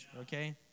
okay